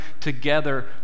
together